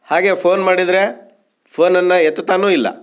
ಹಾಗೇ ಫೋನ್ ಮಾಡಿದರೆ ಫೋನನ್ನು ಎತ್ತುತ್ತಾನೂ ಇಲ್ಲ